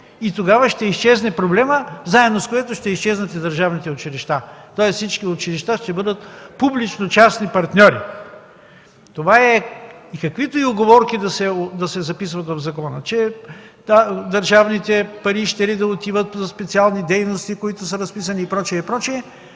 и тогава ще изчезне проблемът, заедно с което ще изчезнат и държавните училища, тоест всички училища ще бъдат публично-частни партньори. Това е! Каквито и уговорки да се записват в закона, че държавните пари щели да отиват за специални дейности, които са разписани, и прочие, и прочие,